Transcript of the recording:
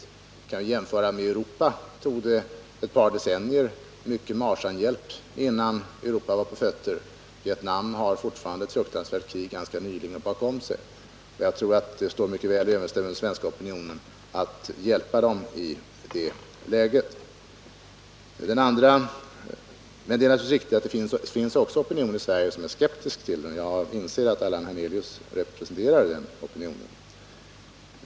Vi kan ju jämföra med att det tog ett par decennier med mycken Marshallhjälp innan Europa var på fötter efter andra världskriget. Vietnameserna har ett fruktansvärt krig ganska nyligen bakom sig, och jag tror att det står mycket väl i överensstämmelse med svensk opinion att hjälpa dem i det läget. Naturligtvis är det riktigt att det också finns en opinion i Sverige som är skeptisk gentemot den hjälpen, och jag inser att Allan Hernelius representerar den.